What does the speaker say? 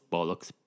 Bollocks